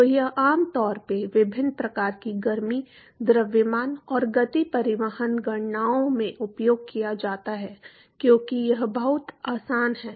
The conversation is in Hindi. तो यह आमतौर पर विभिन्न प्रकार की गर्मी द्रव्यमान और गति परिवहन गणनाओं में उपयोग किया जाता है क्योंकि यह बहुत आसान है